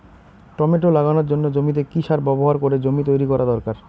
Tomato লাগানোর জন্য জমিতে কি সার ব্যবহার করে জমি তৈরি করা দরকার?